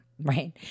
right